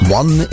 one